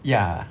ya